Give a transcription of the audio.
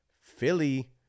Philly